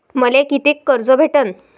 मले कितीक कर्ज भेटन?